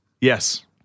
Yes